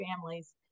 families